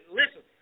listen